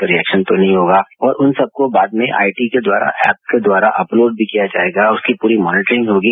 कोई रिऐक्शन तो नहीं होगा और उन सबको बाद में आई टी के द्वारा एप के द्वारा अपलोड भी किया जाएगा उसकी पूरी मॉनेटरिंग भी होगी